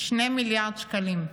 2 מיליארד שקלים.